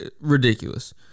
ridiculous